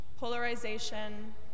polarization